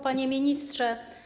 Panie Ministrze!